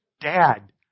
Dad